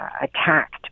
attacked